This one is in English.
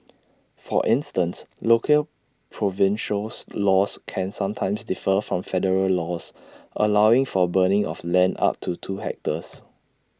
for instance local provincials laws can sometimes differ from federal laws allowing for burning of land up to two hectares